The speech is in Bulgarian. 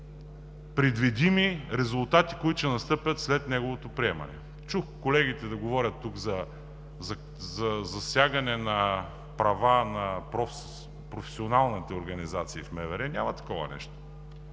предвидими резултати, които ще настъпят след неговото приемане. Чух колегите да говорят тук за засягане на права на професионалните организации в МВР. Няма такова нещо!